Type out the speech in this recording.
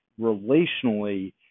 relationally